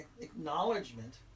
acknowledgement